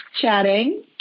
chatting